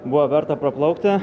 buvo verta praplaukti